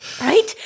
right